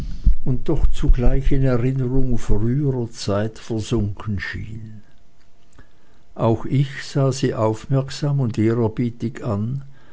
und doch zugleich in erinnerung früherer zeit versunken schien auch ich sah sie aufmerksam und ehrerbietig an